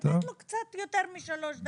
לתת לו קצת יותר משלוש דקות.